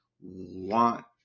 want